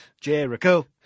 Jericho